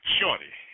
Shorty